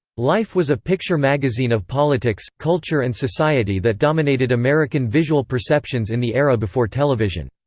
life was a picture magazine of politics, culture and society that dominated american visual perceptions in the era before television.